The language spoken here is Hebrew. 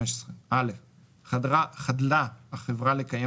צווים נוספים 15. חדלה החברה לקיים